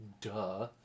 Duh